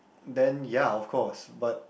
then ya of course but